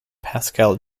pascal